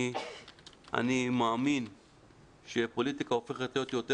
אני מאמין שהפוליטיקה הופכת להיות יותר